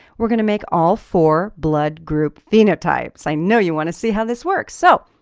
we're going to make all four blood group phenotypes. i know you want to see how this works! so,